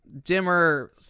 dimmer